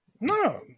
No